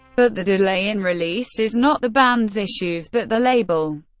but the delay in release is not the bands issues, but the label.